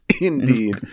indeed